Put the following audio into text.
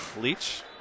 Leach